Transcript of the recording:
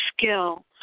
skill